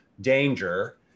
danger